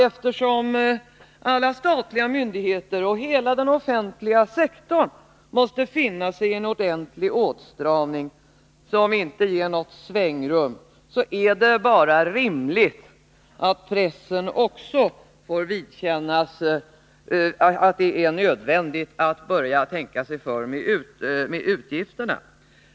Eftersom alla statliga myndigheter och hela den offentliga sektorn måste finna sig i en ordentlig åtstramning, som inte ger något svängrum, tycker vi att det bara är rimligt att pressen också får känna på att det är nödvändigt att börja tänka sig för när det gäller utgifterna.